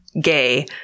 gay